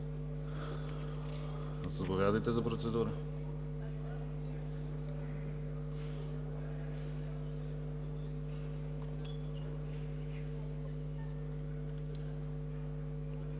Заповядайте за процедура,